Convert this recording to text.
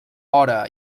hora